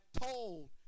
told